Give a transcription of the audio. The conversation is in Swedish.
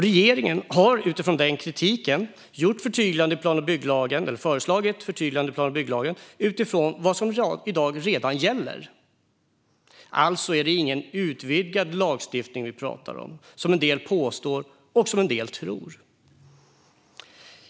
Regeringen har utifrån den kritiken föreslagit förtydliganden i plan och bygglagen utifrån vad som i dag redan gäller. Alltså är det ingen utvidgad lagstiftning vi pratar om, som en del påstår och som en del tror.